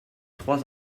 trois